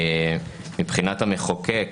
מבחינת המחוקק,